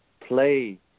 play